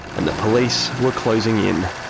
and the police were closing in.